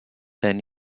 ten